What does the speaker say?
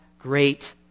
great